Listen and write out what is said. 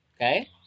okay